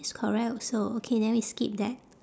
it's correct also okay then we skip that